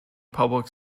public